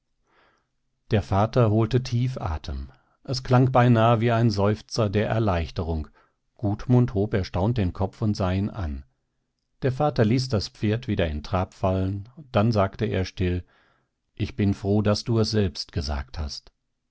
der vater holte tief atem es klang beinahe wie ein seufzer der erleichterung gudmund hob erstaunt den kopf und sah ihn an der vater ließ das pferd wieder in trab fallen dann sagte er still ich bin froh daß du es selbst gesagt hast